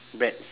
breads